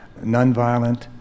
nonviolent